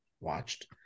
watched